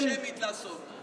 אני מבקש לעשות הצבעה שמית.